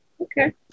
okay